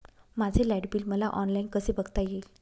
माझे light bill मला online कसे बघता येईल?